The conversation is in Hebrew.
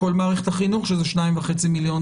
כל מערכת החינוך של השניים וחצי מיליון